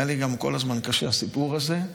היה לי קשה גם כל הזמן הסיפור הזה: